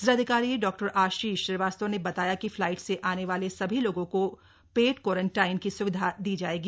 जिलाधिकारी डॉ आशीष श्रीवास्तव ने बताया कि फ्लाइट से आने वाले सभी लोगों को पेड क्वारंटाइन की स्विधा दी जाएगी